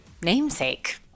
namesake